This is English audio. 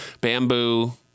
Bamboo